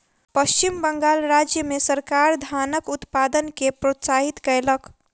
पश्चिम बंगाल राज्य मे सरकार धानक उत्पादन के प्रोत्साहित कयलक